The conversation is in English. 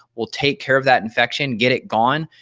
we'll take care of that infection, get it gone,